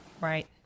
Right